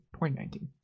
2019